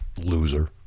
Loser